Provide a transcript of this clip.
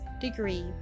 degree